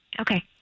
Okay